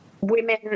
women